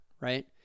right